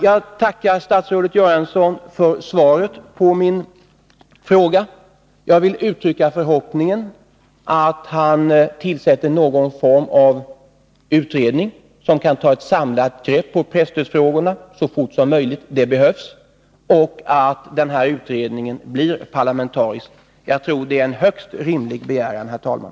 Jag tackar statsrådet Göransson för svaret på min fråga. Jag vill uttrycka förhoppningen att han tillsätter någon form av utredning, som kan ta ett samlat grepp på presstödsfrågorna så fort som möjligt — det behövs — och att den här utredningen blir parlamentarisk. Jag tror, herr talman, att det är en högst rimlig begäran.